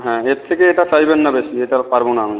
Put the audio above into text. হ্যাঁ এর থেকে এটা চাইবেন না বেশি এটা আর পারবো না আমি